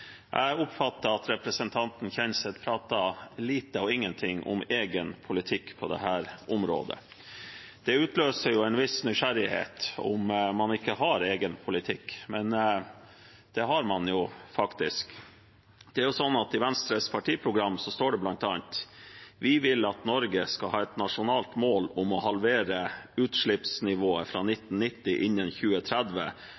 på dette området. Det utløser en viss nysgjerrighet på om man ikke har egen politikk, men det har man faktisk. I Venstres partiprogram står det bl.a.: «Vi vil at Norge skal ha et nasjonalt mål om å halvere utslippsnivået fra